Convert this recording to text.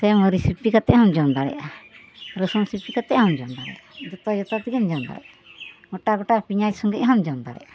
ᱥᱮ ᱢᱟᱹᱨᱤᱡ ᱥᱤᱯᱤ ᱠᱟᱛᱮ ᱦᱚᱢ ᱡᱚᱢ ᱫᱟᱲᱮᱜᱼᱟ ᱨᱟᱹᱥᱩᱱ ᱥᱤᱯᱤ ᱠᱟᱛᱮᱦᱚᱢ ᱡᱚᱢ ᱫᱟᱲᱮᱜᱼᱟ ᱡᱚᱛᱚ ᱛᱮᱜᱮᱢ ᱡᱚᱢ ᱫᱟᱲᱮᱜᱼᱟ ᱜᱚᱴᱟ ᱜᱚᱴᱟ ᱯᱤᱭᱟᱡ ᱥᱚᱝᱜᱮᱦᱚᱢ ᱡᱚᱢ ᱫᱟᱲᱮᱜᱼᱟ